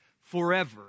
forever